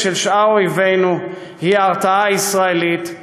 של שאר אויבינו הוא ההרתעה הישראלית,